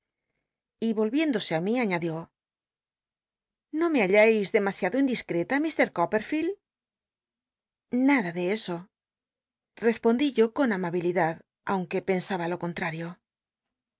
y o i'iéndose á mi aiiadió no me hallais demasiado indisceta l r copperfield nada de eso respondí yo con amabilidad aunque pensaba lo conlrario